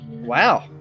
Wow